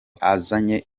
azanye